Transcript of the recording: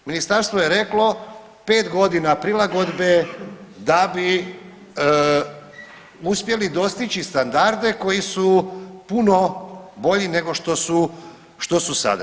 Ministarstvo je reklo 5 godina prilagodbe da bi uspjeli dostići standarde koji su puno bolji nego što su sada.